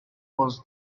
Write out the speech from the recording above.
was